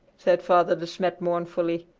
said father de smet mournfully.